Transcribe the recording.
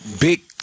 big